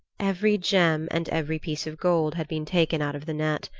every gem and every piece of gold had been taken out of the net.